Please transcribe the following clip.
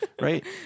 Right